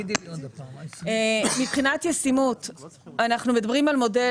אנחנו מדברים על מודל